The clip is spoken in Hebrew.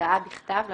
בהודעה בכתב ללקוח,